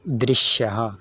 दृश्यः